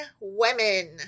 women